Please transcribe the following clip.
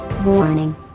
Warning